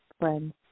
friends